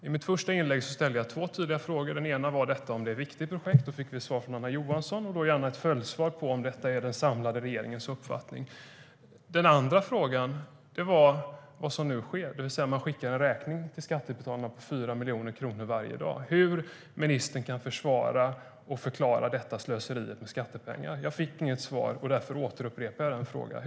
I mitt första inlägg ställde jag två tydliga frågor. Den ena var om detta är ett viktigt projekt, och jag fick svar från Anna Johansson. Ge mig gärna ett följdsvar på om detta är den samlade regeringens uppfattning. Jag fick inget svar, och därför upprepar jag frågan.